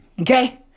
Okay